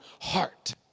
heart